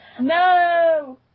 No